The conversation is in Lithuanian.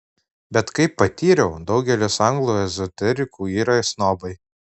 bet kaip patyriau daugelis anglų ezoterikų yra snobai